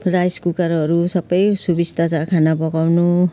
rice कुकरहरू सबै सुबिस्ता छ खाना पकाउनु